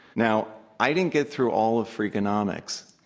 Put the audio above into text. now, i didn't get through all of freakonomics,